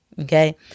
okay